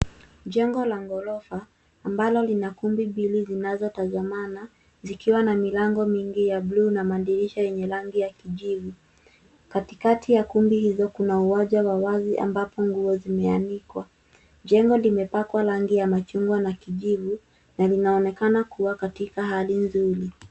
Jengo la gorofa ambalo lina kumbi mbili zinazotazamana, zikiwa na milango mingi ya bluu na madirisha yenye rangi ya kijivu. Katikati ya kumbi hizo kuna uwaja wa wazi ambapo nguo zimeanikwa. Jengo limepakwa rangi ya machungwa na kijivu na linaonekana kuwa katika hali nzuri.